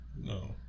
No